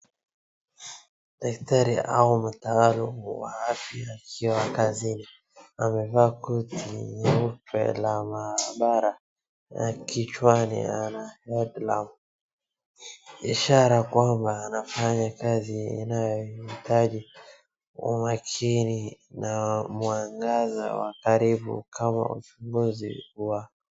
Daktari au mtaalumu wa afya akiwa kazini, amevaa koti nyeupe la maabara, na kichwani ana headlamp , ishara kwamba anafanya kazi inayohitaji umakini na mwangaza wa karibu kama ufumbuzi wa ..